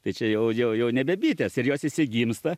tai čia jau jau jau nebe bitės ir jos išsigimsta